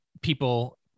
people